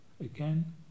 Again